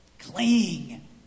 Cling